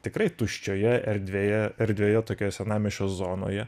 tikrai tuščioje erdvėje erdvėje tokioje senamiesčio zonoje